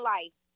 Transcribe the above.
Life